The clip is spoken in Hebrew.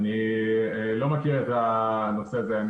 אני לא מכיר את הנושא הזה,